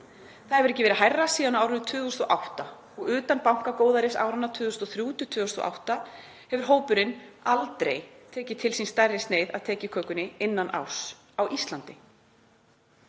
Það hefur ekki verið hærra síðan á árinu 2008 og utan bankagóðærisáranna 2003 til 2008 hefur hópurinn aldrei tekið til sín stærri sneið af tekjukökunni innan árs á Íslandi.“